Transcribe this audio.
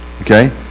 okay